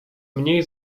mniej